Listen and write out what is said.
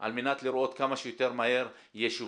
על מנת לראות שכמה שיותר מהר יהיו שיווקים.